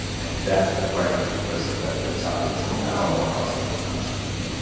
and that's the primary person that we're targeting as our customer as mookh.